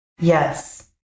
Yes